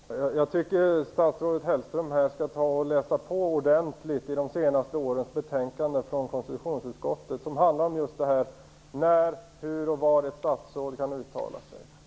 Herr talman! Jag tycker att statsrådet Hellström skall läsa på ordentligt i de senaste årens betänkanden från konstitutionsutskottet, som handlar just om när, hur och var ett statsråd kan uttala sig.